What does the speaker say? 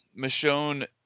Michonne